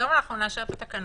היום אנחנו נאשר את התקנות,